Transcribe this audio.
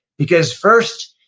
because first,